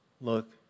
Look